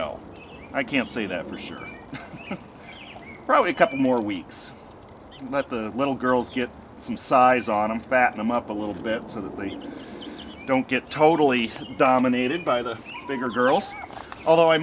know i can't say that for sure probably a couple more weeks and let the little girls get some size on them fatten them up a little bit so that they don't get totally dominated by the bigger girls although i